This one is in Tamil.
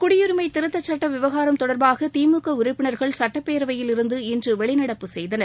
குடியுரிமை திருத்தச்சட்டம் விவகாரம் தொடர்பாக திமுக உறுப்பினர்கள் சட்டப்பேரவையிலிருந்து இன்று வெளிநடப்பு செய்தனர்